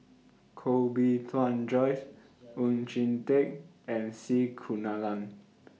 Koh Bee Tuan Joyce Oon Jin Teik and C Kunalan